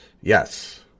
Yes